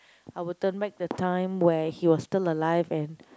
I would turn back the time where he was still alive and